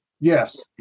Yes